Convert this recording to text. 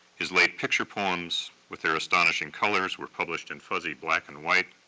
his late picture poems, with their astonishing colors, were published in fuzzy black and white,